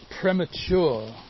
premature